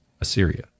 Assyria